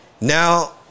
Now